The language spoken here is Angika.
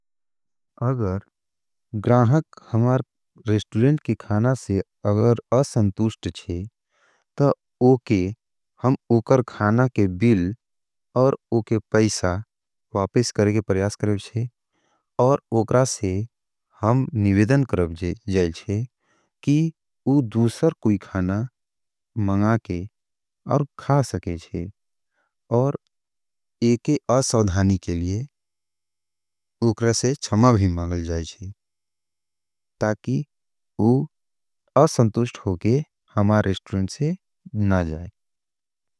अगर ग्राहक हमार रेस्टुजन्ट के खाना से अगर असंतूष्ट छे, तो हम उकर खाना के बिल और उकर पैसा वापिस करें के परियास करें छे, और उकरा से हम निवेदन करें जायचे, कि उ दूसर कोई खाना मंगा के और खा सके छे, और एके असवधानी के लिए उकरा स से छमा भी मागल जायचे, ताकि उ असंतूष्ट होके हमार रेस्टुजन्ट से ना जाये।